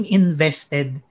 invested